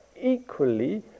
equally